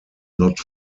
not